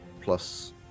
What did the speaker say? plus